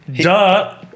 Duh